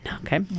okay